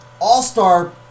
all-star